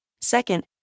Second